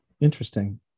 Interesting